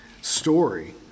story